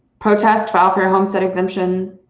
protest filed for homestead exemption,